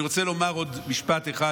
אני רוצה לומר עוד משפט אחד,